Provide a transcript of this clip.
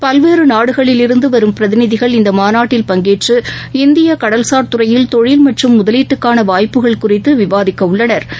பல்வேறுநாடுகளிலிருந்துவரும் பிரதிநிதிகள் இந்தமாநாட்டில் பங்கேற்று இந்தியகடல்சார் துறையில் தொழில் மற்றும் முதலீட்டுக்கானவாய்ப்புகள் குறித்துவிவாதிக்கவுள்ளனா்